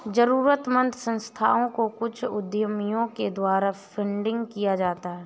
जरूरतमन्द संस्थाओं को कुछ उद्यमियों के द्वारा फंडिंग किया जाता है